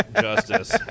justice